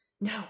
No